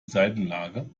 seitenlage